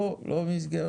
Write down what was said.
לא, לא במסגרת.